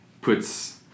puts